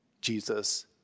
Jesus